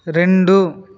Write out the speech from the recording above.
రెండు